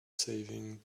saving